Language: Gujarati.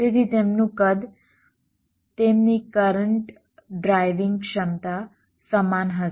તેથી તેમનું કદ તેમની કરંટ ડ્રાઇવિંગ ક્ષમતા સમાન હશે